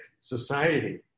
society